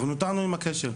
אנחנו נותרנו עם הכשל.